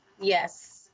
Yes